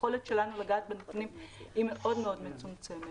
היכולת שלנו לגעת בנתונים היא מאוד מאוד מצומצמת,